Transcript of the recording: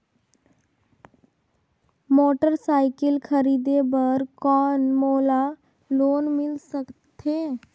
Motorcycle खरीदे बर कौन मोला लोन मिल सकथे?